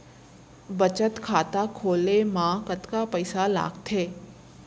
बचत खाता खोले मा कतका पइसा लागथे?